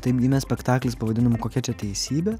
taip gimė spektaklis pavadinimu kokia čia teisybė